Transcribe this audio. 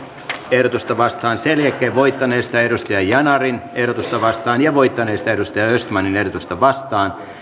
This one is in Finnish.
ehdotusta vastaan sen jälkeen voittaneesta ozan yanarin ehdotusta vastaan ja voittaneesta peter östmanin ehdotusta vastaan